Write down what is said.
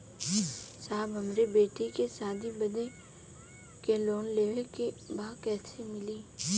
साहब हमरे बेटी के शादी बदे के लोन लेवे के बा कइसे मिलि?